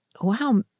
Wow